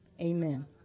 Amen